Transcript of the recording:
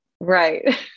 Right